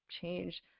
change